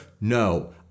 No